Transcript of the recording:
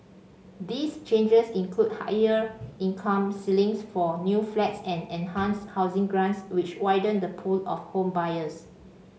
these changes include higher income ceilings for new flats and enhanced housing grants which widen the pool of home buyers